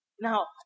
Now